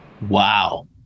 Wow